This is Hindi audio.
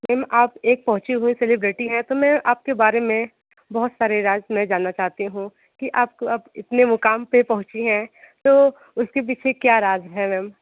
मैम आप एक पहुंची हुई सेलिब्रिटी है तो मैं आपके बारे में बहुत सारे राज़ मैं जानना चाहती हूँ कि आपको इतने मुक़ाम पर पहुंची है तो उसके पीछे क्या राज़ है मैम